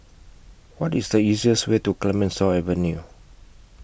What IS The easiest Way to Clemenceau Avenue